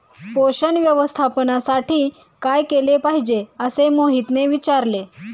पोषण व्यवस्थापनासाठी काय केले पाहिजे असे मोहितने विचारले?